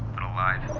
but alive.